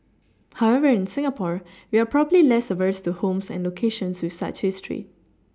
however in Singapore we are probably less averse to homes and locations with such history